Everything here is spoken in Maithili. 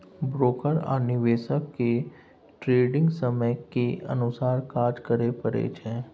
ब्रोकर आ निवेशक केँ ट्रेडिग समय केर अनुसार काज करय परय छै